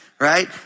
Right